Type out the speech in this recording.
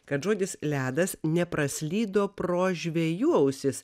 kad žodis ledas nepraslydo pro žvejų ausis